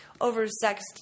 oversexed